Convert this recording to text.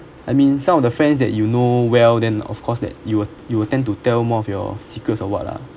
I mean some of the friends that you know well then of course that you will you will tend to tell more of your secrets or what lah